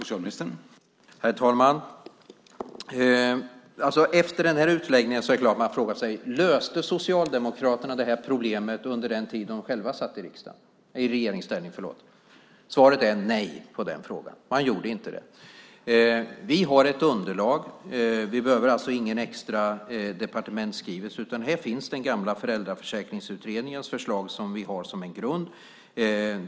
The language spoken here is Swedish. Herr talman! Efter den här utläggningen är det klart att man frågar sig: Löste Socialdemokraterna det här problemet under den tid som de själva satt i regeringsställning? Svaret på den frågan är nej, man gjorde inte det. Vi har ett underlag. Vi behöver alltså ingen extra departementsskrivelse, utan här finns den gamla Föräldraförsäkringsutredningens förslag som vi har som en grund.